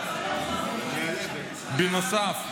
בנוסף,